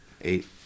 Eight